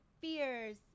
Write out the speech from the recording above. fears